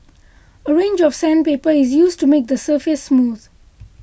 a range of sandpaper is used to make the surface smooth